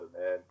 man